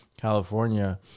California